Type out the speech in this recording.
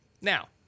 Now